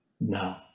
no